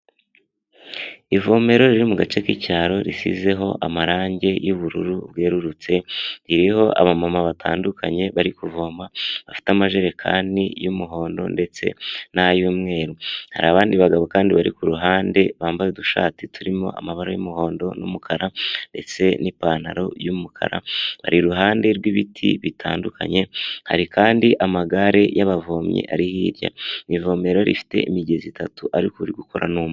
Ivomero riri mu gace k'icyaro risizeho amarangi y'ubururu bwerurutse, ririho abamama batandukanye bari kuvoma bafite amajerekani y'umuhondo ndetse na y'umweru, hari abandi bagabo kandi bari kuruhande bambaye udushati turimo amabara y'umuhondo n'umukara ndetse n'ipantaro y'umukara, bari iruhande rw'ibiti bitandukanye, hari kandi amagare y'abavomyi ari hirya, ivomero rifite imigezi itatu ariko uri gukora ni umwe.